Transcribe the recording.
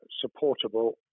supportable